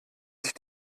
sich